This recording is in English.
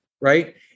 right